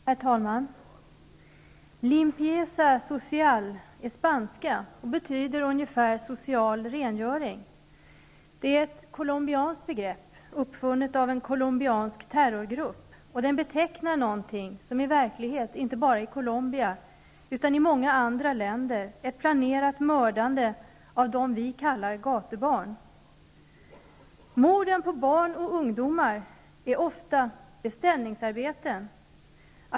Herr talman! Limpieza social är spanska och betyder ungefär social rengöring. Det är ett colombianskt begrepp uppfunnet av en colombiansk terrorgrupp. Den betecknar något som är verklighet inte bara i Colombia, utan i många andra länder. Det är ett planerat mördande av dem vi kallar gatubarn. Morden på barn och ungdomar är ofta beställningsarbeten.